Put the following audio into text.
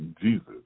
Jesus